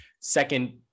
second